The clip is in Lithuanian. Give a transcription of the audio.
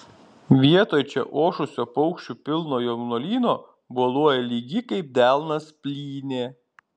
vietoj čia ošusio paukščių pilno jaunuolyno boluoja lygi kaip delnas plynė